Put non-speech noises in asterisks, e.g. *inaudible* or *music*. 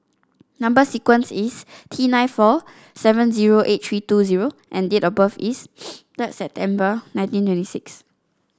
number sequence is T nine four seven zero eight three two zero and date of birth is *noise* third September nineteen twenty six